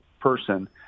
person